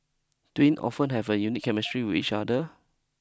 twin often have a unique chemistry with each other